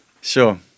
Sure